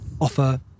offer